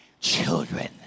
children